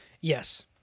yes